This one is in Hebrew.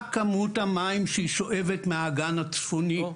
כמות המים שהיא שואבת מהאגן הצפוני.